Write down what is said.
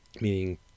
meaning